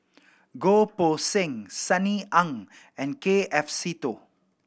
Goh Poh Seng Sunny Ang and K F Seetoh